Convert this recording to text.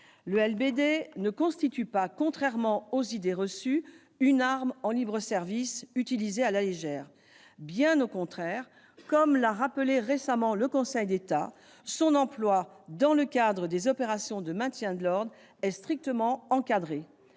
Le LBD ne constitue pas, contrairement aux idées reçues, une arme en libre-service, utilisée à la légère. Bien au contraire, comme l'a rappelé récemment le Conseil d'État, son emploi dans le cadre des opérations de maintien de l'ordre est strictement encadré.